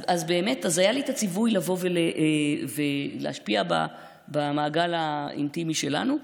היה לי באמת הציווי לבוא ולהשפיע במעגל האינטימי שלנו.